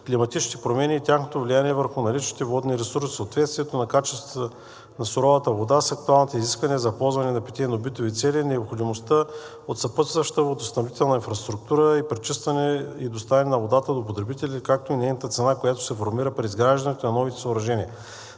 климатичните промени и тяхното влияние върху наличните водни ресурси, съответствието на качествата на суровата вода с актуалните изисквания за ползване за питейно-битови цели, необходимостта от съпътстваща водоснабдителна инфраструктура за пречистване и доставяне на водата до потребителите, както и нейната цена, която ще се формира при изграждане на новите съоръжения.